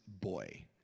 boy